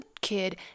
kid